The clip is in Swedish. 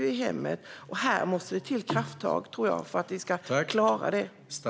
Jag tror att det måste till krafttag för att vi ska klara detta.